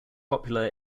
popular